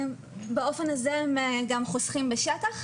באופן הזה הם גם חוסכים בשטח,